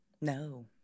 No